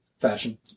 fashion